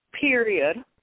period